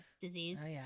disease